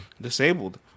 Disabled